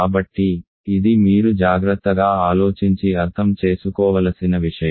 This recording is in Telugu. కాబట్టి ఇది మీరు జాగ్రత్తగా ఆలోచించి అర్థం చేసుకోవలసిన విషయం